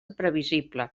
previsible